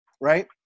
right